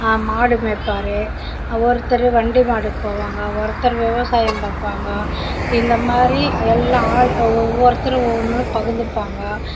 மாடு மேப்பார் ஒருத்தர் வண்டி மாடுக்கு போவாங்க ஒருத்தர் விவசாயம் பார்ப்பாங்க இந்த மாதிரி எல்லா ஒவ்வொருத்தரும் ஒன்னொன்று பகுந்துப்பாங்க